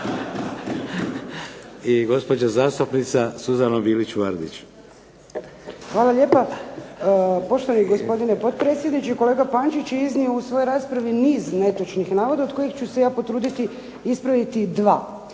**Bilić Vardić, Suzana (HDZ)** Hvala lijepa poštovani gospodine potpredsjedniče. Kolega Pančić je iznio u svojoj raspravi niz netočnih navoda, od kojih ću se ja potruditi ispraviti dva.